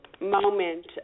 moment